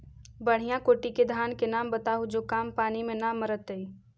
बढ़िया कोटि के धान के नाम बताहु जो कम पानी में न मरतइ?